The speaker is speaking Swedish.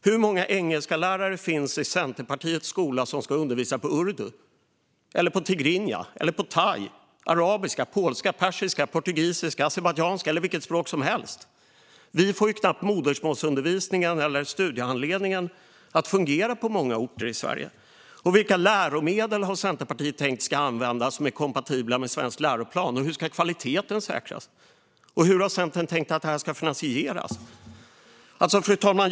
Hur många engelsklärare finns det i Centerpartiets skola som ska undervisa på urdu, tigrinja, thai, arabiska, polska, persiska, portugisiska, azerbajdzjanska eller vilket språk som helst? Vi får ju knappt modersmålsundervisningen eller studiehandlingen att fungera på många orter i Sverige. Vilka läromedel har Centerpartiet tänkt ska användas, som är kompatibla med svensk läroplan? Hur ska kvaliteten säkras? Och hur har Centern tänkt att detta ska finansieras? Fru talman!